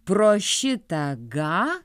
pro šitą gą